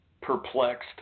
perplexed